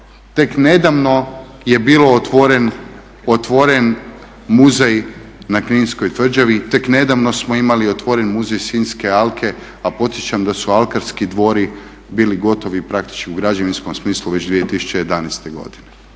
Tek nedavno je bilo otvoren muzej na kninskoj tvrđavi, tek nedavno smo imali otvoren Muzej sinjske alke a podsjećam da su Alkarski dvori bili gotovi praktički u građevinskom smislu već 2011. godine,